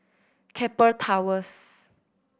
Keppel Towers